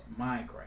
Minecraft